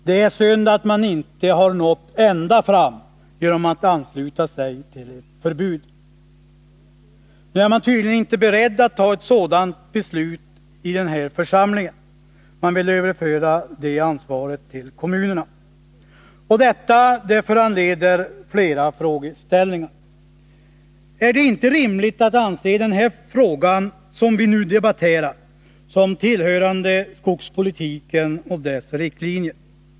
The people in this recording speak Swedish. Det är synd att man inte har nått ända fram genom att ansluta sig till krav på ett förbud. Nu är socialdemokraterna tydligen inte beredda att ta ett sådant beslut i den här församlingen utan vill överföra det ansvaret till Nr 48 kommunerna. Detta föranleder flera frågeställningar. Torsdagen den Är det inte rimligt att anse den fråga som vi nu debatterar som tillhörande 10 december 1981 skogspolitiken och dess riktlinjer?